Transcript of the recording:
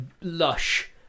lush